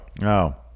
No